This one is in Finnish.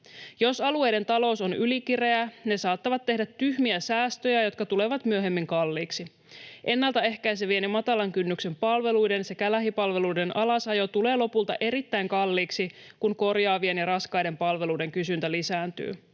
Jos alueiden talous on ylikireä, alueet saattavat tehdä tyhmiä säästöjä, jotka tulevat myöhemmin kalliiksi. Ennalta ehkäisevien ja matalan kynnyksen palveluiden sekä lähipalveluiden alasajo tulee lopulta erittäin kalliiksi, kun korjaavien ja raskaiden palveluiden kysyntä lisääntyy.